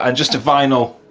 and just a vinyl,